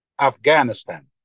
Afghanistan